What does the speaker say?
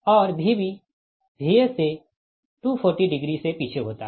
और Vb Va से 240 degree से पीछे होता है